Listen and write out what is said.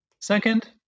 Second